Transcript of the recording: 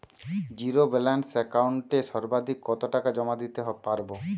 Zero balance একাউন্টে সর্বাধিক কত টাকা জমা দিতে পারব?